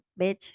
bitch